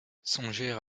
songer